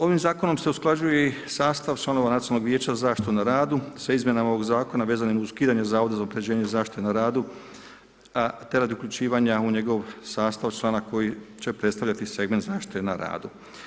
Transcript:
Ovim zakonom se usklađuje i sastav članova Nacionalnog vijeća za zaštitu na radu, sa izmjenama ovog zakona vezanim uz ukidanje Zavoda za unapređenje zaštite na radu, te radi uključivanja u njegov sastav člana koji će predstavljati segment zaštite na radu.